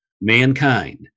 mankind